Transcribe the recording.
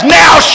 now